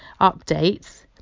updates